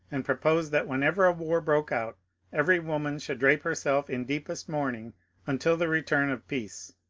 and proposed that whenever a war broke out every woman should drape herself in deepest mourning until the return of peace.